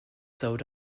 sewed